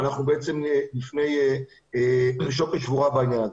ואנחנו בפני שוקת שבורה בעניין הזה.